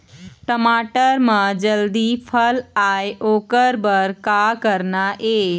टमाटर म जल्दी फल आय ओकर बर का करना ये?